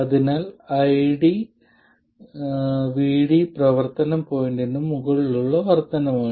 അതിനാൽ ID VD പ്രവർത്തന പോയിന്റിന് മുകളിലുള്ള വർദ്ധനവാണ്